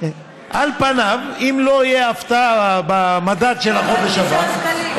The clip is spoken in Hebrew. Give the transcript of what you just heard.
על פניו, אם לא תהיה הפתעה במדד של החודש הבא,